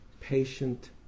patient